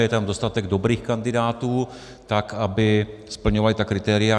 Je tam dostatek dobrých kandidátů, aby splňovali ta kritéria.